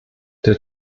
der